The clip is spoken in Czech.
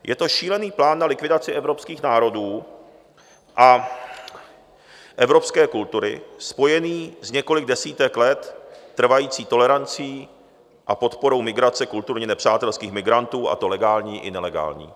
Je to šílený plán na likvidaci evropských národů a evropské kultury spojený s několik desítek let trvající tolerancí a podporou migrace kulturně nepřátelských migrantů, a to legální i nelegální.